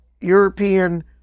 European